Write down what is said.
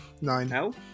Nine